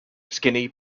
skinny